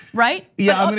right? yeah.